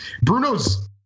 Bruno's